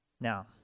Now